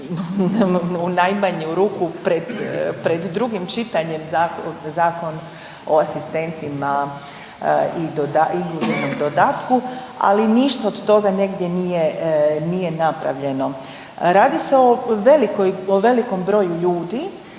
u najmanju ruku pred drugim čitanjem zakon o asistentima i inkluzivnom dodatku, ali ništa od toga negdje nije napravljeno. Radi se o velikom broju ljudi